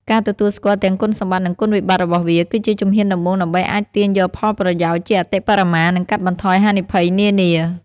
ការទទួលស្គាល់ទាំងគុណសម្បត្តិ និងគុណវិបត្តិរបស់វា គឺជាជំហានដំបូងដើម្បីអាចទាញយកផលប្រយោជន៍ជាអតិបរមា និងកាត់បន្ថយហានិភ័យនានា។